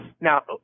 Now